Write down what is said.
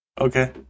okay